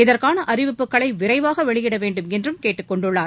இதற்கான அறிவிப்புகளை விரைவாக வெளியிட வேண்டும் என்றும் கேட்டுக்கொண்டுள்ளார்